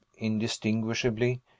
indistinguishably